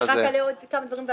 אני רק אעלה עוד כמה דברים,